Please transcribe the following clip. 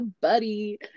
buddy